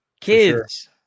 kids